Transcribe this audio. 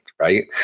right